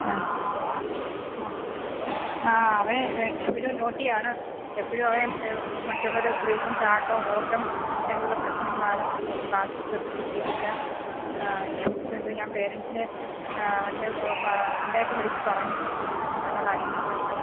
ആ ആ ആ അതെ എപ്പോഴും നോട്ടിയാണ് എപ്പോഴും അവന് മറ്റുള്ളവരെ ഉപദ്രവിക്കും ചാട്ടം ഓട്ടം ഇങ്ങനെയൊക്കെയുള്ള പ്രശ്നങ്ങളാണ് ക്ലാസില് ശ്രദ്ധിച്ചിരിക്കത്തില്ല ഇനിയിപ്പോള് എന്തുവാണ് ഞാന് പേരന്റ്സിനെ അവൻ്റെ അമ്മയെയൊക്കെ വിളിച്ച് പറഞ്ഞു ഇങ്ങനെയുള്ള കാര്യങ്ങളൊക്കെ ഉണ്ടെന്ന്